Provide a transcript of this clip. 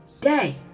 day